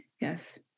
Yes